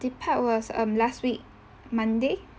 depart was um last week monday